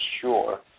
sure